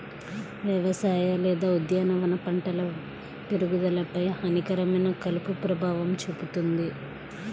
వ్యవసాయ లేదా ఉద్యానవన పంటల పెరుగుదలపై హానికరమైన కలుపు ప్రభావం చూపుతుంది